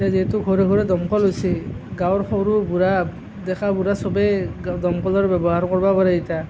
এতিয়া যিহেতু ঘৰে ঘৰে দমকল হৈছে গাঁৱৰ সৰু বুঢ়া ডেকা বুঢ়া সবেই দমকলৰ ব্যৱহাৰ কৰিব পাৰে এতিয়া